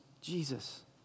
Jesus